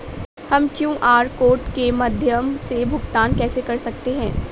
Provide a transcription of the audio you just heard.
हम QR code के माध्यम से भुगतान कैसे कर सकते हैं?